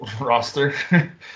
Roster